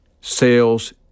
Sales